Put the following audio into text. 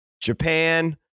Japan